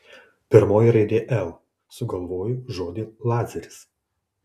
pirmoji raidė l sugalvoju žodį lazeris